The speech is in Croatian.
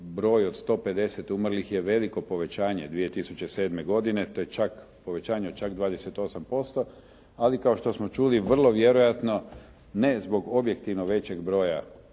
Broj od 150 umrlih je veliko povećanje 2007. godine to je povećanje čak 28%, ali kao što smo čuli vrlo vjerojatno ne zbog objektivno većeg broja umrlih,